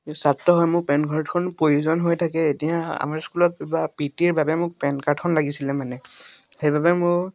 ছাত্ৰ হয় মোৰ পেন কাৰ্ডখন প্ৰয়োজন হৈ থাকে এতিয়া আমাৰ স্কুলত বা পি টিৰ বাবে মোক পেন কাৰ্ডখন লাগিছিলে মানে সেইবাবে মোৰ